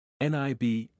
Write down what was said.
NIB